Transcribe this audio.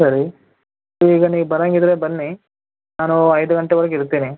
ಸರಿ ಈಗ ನೀ ಬರಂಗಿದ್ದರೆ ಬನ್ನಿ ನಾನು ಐದು ಗಂಟೆವರ್ಗೆ ಇರ್ತೀನಿ